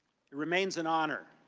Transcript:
remains an honor